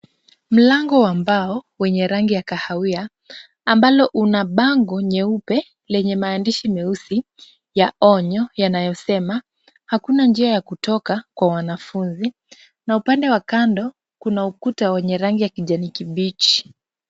Mlango wa mbao wenye rangi ya kahawia ambalo una bango nyeupe lenye maandishi meusi ya onyo yanayosema hakuna njia ya kutoka kwa wanafunzi, na upande wa kando kuna ukuta wenye rangi ya kijani kibichi.